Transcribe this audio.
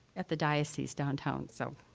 at the diocese downtown. so,